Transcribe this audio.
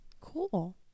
Cool